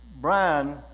Brian